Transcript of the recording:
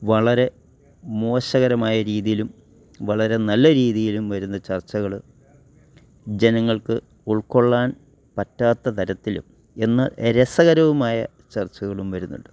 വളരെ മോശകരമായ രീതിയിലും വളരെ നല്ല രീതിയിലും വരുന്ന ചർച്ചകൾ ജനങ്ങൾക്ക് ഉൾക്കൊള്ളാൻ പറ്റാത്ത തരത്തിലും എന്നാൽ രസകരവുമായ ചർച്ചകളും വരുന്നുണ്ട്